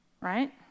right